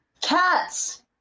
Cats